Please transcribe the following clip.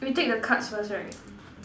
we take the cards first right